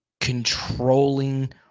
controlling